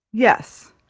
yes.